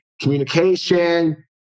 communication